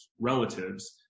relatives